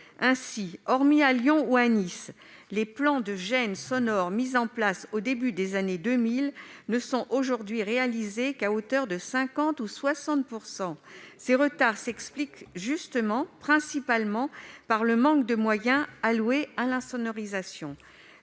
Ainsi, hormis à Lyon ou à Nice, les plans de gêne sonore (PGS) mis en place au début des années 2000, ne sont aujourd'hui réalisés qu'à hauteur de 50 ou 60 %. Ces retards s'expliquent justement, et principalement, par le manque de moyens alloués à l'insonorisation.